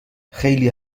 خیلی